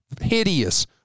hideous